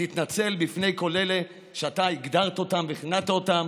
תתנצל בפני כל אלה שאתה הגדרת אותם וכינית אותם